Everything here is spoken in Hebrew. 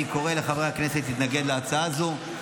אני קורא לחברי הכנסת להתנגד להצעה הזו.